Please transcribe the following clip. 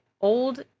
old